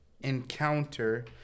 encounter